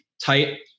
tight